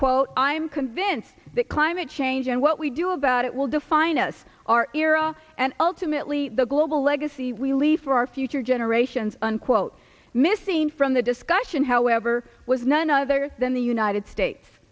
quote i am convinced that climate change and what we do about it will define us our era and ultimately the global legacy we leave for our future generations unquote missing from the discussion however was none other than the united states